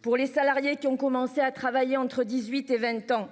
pour les salariés qui ont commencé à travailler entre 18 et 20 ans.